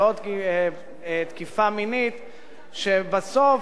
נפגעות תקיפה מינית שבסוף,